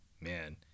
Man